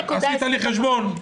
עשית לי חשבון.